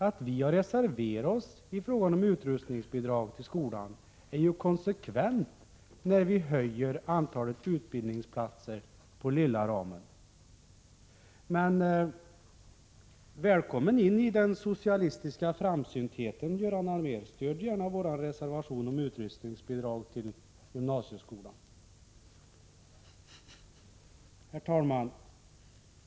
Att vi reserverat oss i fråga om utrustningsbidrag till skolan är i konsekvens med att vi vill höja antalet utbildningsplatser på lilla ramen. Välkommen in i den socialistiska framsyntheten, Göran Allmér. Stöd gärna våra reservationer om utrustningsbidrag till gymnasieskolan. Herr talman!